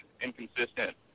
inconsistent